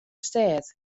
stêd